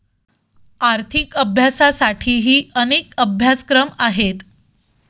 आर्थिक अभ्यासासाठीही अनेक अभ्यासक्रम आहेत